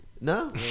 No